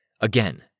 Again